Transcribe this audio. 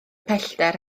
pellter